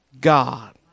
God